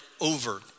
over